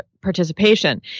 participation